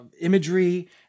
imagery